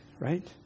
right